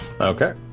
Okay